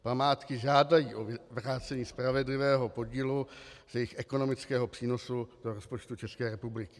Památky žádají o vrácení spravedlivého podílu z jejich ekonomického přínosu do rozpočtu České republiky.